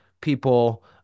people